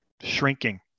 Shrinking